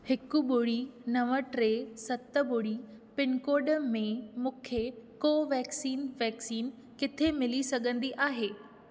हिकु ॿुड़ी नव टे सत ॿुड़ी पिनकोड में मूंखे कोवेक्सीन वैक्सीन किथे मिली सघंदी आहे